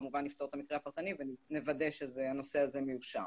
כמובן נפתור את המקרה הפרטני ונוודא שהנושא הזה מיושר.